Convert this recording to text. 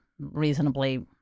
reasonably